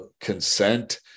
consent